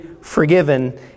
forgiven